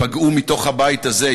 פגעו מתוך הבית הזה.